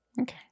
Okay